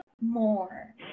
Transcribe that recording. more